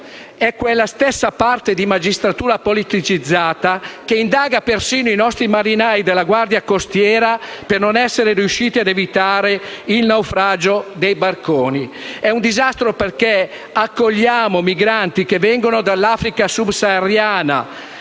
quella stessa parte di magistratura politicizzata che indaga persino i nostri marinai della guardia costiera per non essere riusciti ad evitare il naufragio dei barconi. È un disastro perché accogliamo migranti che vengono dell'Africa subsahariana,